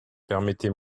permettez